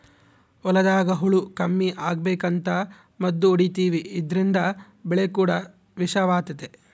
ಹೊಲದಾಗ ಹುಳ ಕಮ್ಮಿ ಅಗಬೇಕಂತ ಮದ್ದು ಹೊಡಿತಿವಿ ಇದ್ರಿಂದ ಬೆಳೆ ಕೂಡ ವಿಷವಾತತೆ